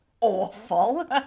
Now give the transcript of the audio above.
awful